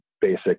basic